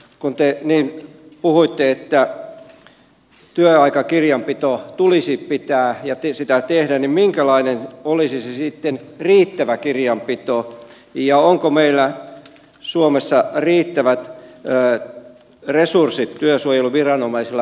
kun te niin puhuitte että työaikakirjanpitoa tulisi tehdä niin minkälainen olisi sitten riittävä kirjanpito ja onko meillä suomessa riittävät resurssit työsuojeluviranomaisilla